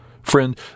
Friend